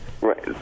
Right